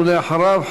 ואחריו,